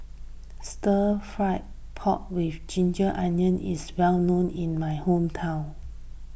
Stir Fry Pork with Ginger Onions is well known in my hometown